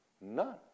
None